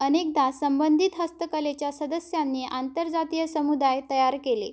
अनेकदा संबंधित हस्तकलेच्या सदस्यांनी आंतरजातीय समुदाय तयार केले